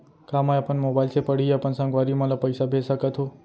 का मैं अपन मोबाइल से पड़ही अपन संगवारी मन ल पइसा भेज सकत हो?